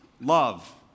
love